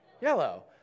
yellow